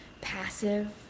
passive